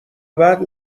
بعد